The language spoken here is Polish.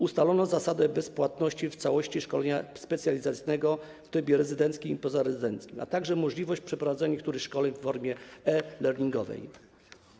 Ustalono zasadę bezpłatności w całości szkolenia specjalizacyjnego w trybie rezydenckim i pozarezydenckim, a także możliwość przeprowadzenia niektórych szkoleń w formie e-learningowej.